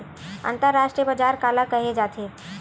अंतरराष्ट्रीय बजार काला कहे जाथे?